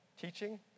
teaching